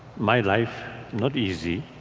my life not easy.